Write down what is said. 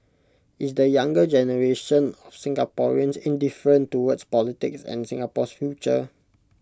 is the younger generation of Singaporeans indifferent towards politics and Singapore's future